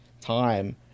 time